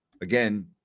Again